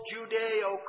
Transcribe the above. Judeo